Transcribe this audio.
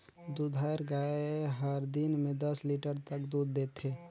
दूधाएर गाय हर दिन में दस लीटर तक दूद देथे